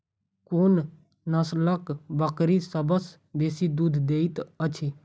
कोन नसलक बकरी सबसँ बेसी दूध देइत अछि?